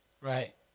Right